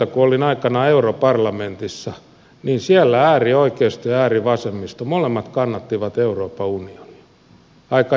kun olin aikanaan europarlamentissa niin siellä äärioikeisto ja äärivasemmisto molemmat kannattivat euroopan unionia aika ihmeellinen saavutus